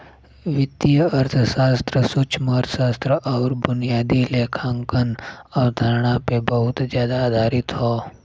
वित्तीय अर्थशास्त्र सूक्ष्मअर्थशास्त्र आउर बुनियादी लेखांकन अवधारणा पे बहुत जादा आधारित हौ